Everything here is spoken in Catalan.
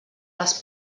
les